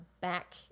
back